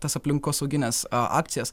tas aplinkosaugines a akcijas